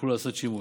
יוכלו לעשות שימוש,